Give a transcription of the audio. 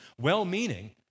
well-meaning